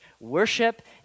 worship